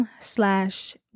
slash